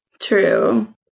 True